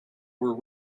were